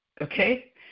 okay